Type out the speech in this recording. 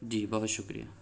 جی بہت شکریہ